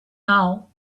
now